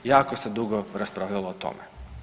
Jako se dugo raspravljalo o tome.